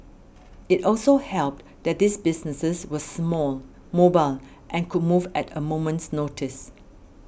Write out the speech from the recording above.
it also helped that these businesses were small mobile and could move at a moment's notice